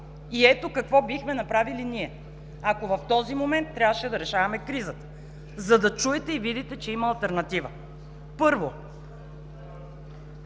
И ето какво бихме направили ние, ако в този момент трябваше да решаваме кризата, за да чуете и видите, че има алтернатива. Първо,